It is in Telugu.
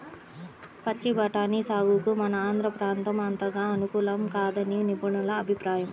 పచ్చి బఠానీ సాగుకు మన ఆంధ్ర ప్రాంతం అంతగా అనుకూలం కాదని నిపుణుల అభిప్రాయం